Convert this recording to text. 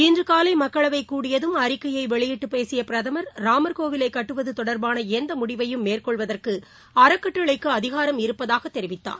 இன்று காலை மக்களவை கூடியதும் அறிக்கையை வெளியிட்டு பேசிய பிரதமர் ராமர் கோவிலைக் கட்டுவது தொடர்பான எந்த முடிவையும் மேற்கொள்வதற்கு அறக்கட்டளைக்கு அதிகாரம் இருப்பதாக அவர் தெரிவித்தார்